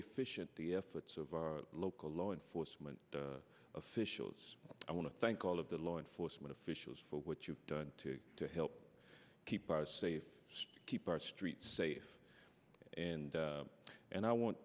efficient the efforts of our local law enforcement officials i want to thank all of the law enforcement officials for what you've done to help keep our safe keep our streets safe and and i want